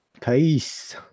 Peace